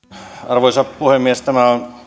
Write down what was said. arvoisa puhemies tämä